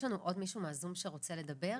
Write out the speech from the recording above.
יש לנו עוד מישהו בזום שרוצה לדבר?